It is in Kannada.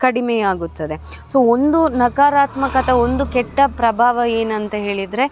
ಕಡಿಮೆಯಾಗುತ್ತದೆ ಸೊ ಒಂದು ನಕಾರಾತ್ಮಕ ಅಥವಾ ಒಂದು ಕೆಟ್ಟ ಪ್ರಭಾವ ಏನಂತ ಹೇಳಿದರೆ